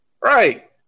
Right